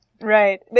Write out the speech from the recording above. Right